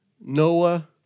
Noah